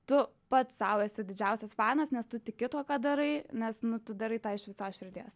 tu pats sau esi didžiausias fanas nes tu tiki tuo ką darai nes nu tu darai tą iš visos širdies